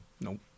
Nope